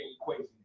equation